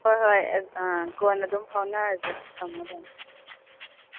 ꯍꯣꯏ ꯍꯣꯏ ꯀꯣꯟꯅ ꯑꯗꯨꯝ ꯐꯥꯎꯅꯔꯁꯦ ꯊꯝꯃꯣ ꯊꯝꯃꯣ